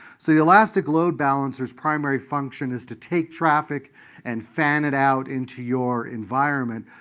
so the elastic load balancer's primary function is to take traffic and fan it out into your environment.